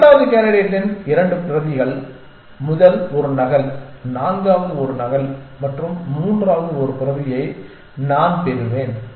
இரண்டாவது கேண்டிடேட்டின் 2 பிரதிகள் முதல் ஒரு நகல் நான்காவது ஒரு நகல் மற்றும் மூன்றாவது ஒரு பிரதியை நான் பெறுவேன்